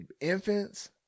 infants